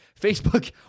Facebook